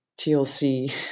TLC